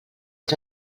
els